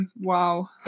wow